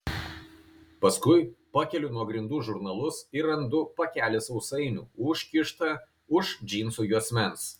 paskui pakeliu nuo grindų žurnalus ir randu pakelį sausainių užkištą už džinsų juosmens